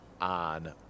on